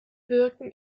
wirken